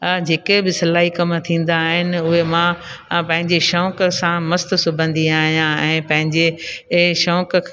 जेके बि सिलाई कमु थींदा आहिनि उहे मां पंहिंजे शौक़ु सां मस्तु सिबंदी आहियां ऐं पंहिंजे ऐं शौक़ु